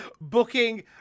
Booking